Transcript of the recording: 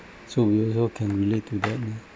so we also can relate to that lah